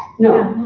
no.